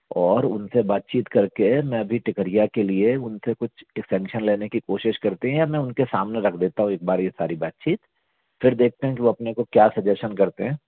और उनसे बातचीत करके मैं अभी टिकरिया के लिए उनसे कुछ इक्सटेंशन लेने की कोशिश करती हैं या मैं उनके सामने रख देता हूँ एक बार ये सारी बातचीत फिर देखते हैं कि वो अपने को क्या सजेशन करते हैं